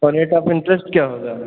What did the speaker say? और rate of interest क्या होगा